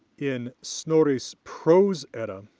in snorri's prose edda,